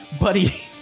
Buddy